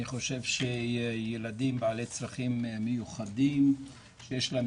אני חושב שילדים בעלי צרכים מיוחדים שיש להם